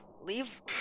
Leave